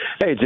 Hey